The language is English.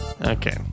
Okay